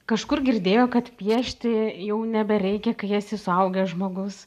kažkur girdėjo kad piešti jau nebereikia kai esi suaugęs žmogus